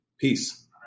Peace